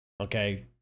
okay